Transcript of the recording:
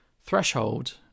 threshold